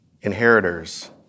inheritors